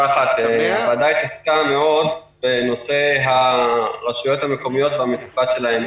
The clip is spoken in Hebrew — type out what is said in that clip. אחת בנושא הרשויות המקומיות והמצוקה שלהן.